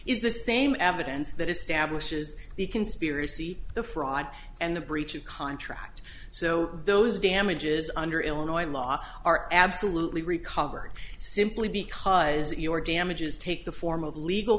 is the same evidence that establishes the conspiracy the fraud and the breach of contract so those damages under illinois law are absolutely recovered simply because your damages take the form of legal